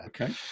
Okay